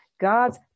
God's